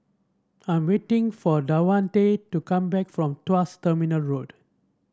I'm waiting for Davante to come back from Tuas Terminal Road